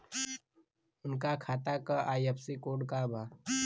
उनका खाता का आई.एफ.एस.सी कोड का बा?